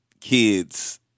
kids